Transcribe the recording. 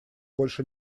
больше